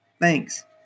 Thanks